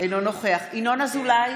אינו נוכח ינון אזולאי,